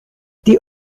die